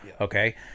okay